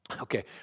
Okay